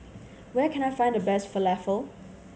where can I find the best Falafel